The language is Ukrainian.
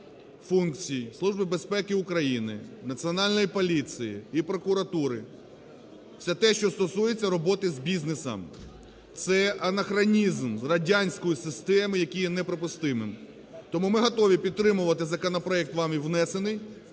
України, Національної поліції і прокуратури – все те, що стосується роботи з бізнесом. Це анахронізм радянської системи, який є неприпустимим. Тому ми готові підтримувати законопроект, вами внесений,